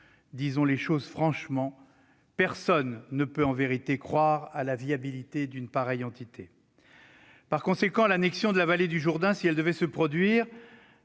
Disons les choses franchement : personne ne peut en vérité croire à la viabilité d'une pareille entité. Par conséquent, l'annexion de la vallée du Jourdain, si elle devait se produire,